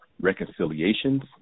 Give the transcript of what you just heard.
reconciliations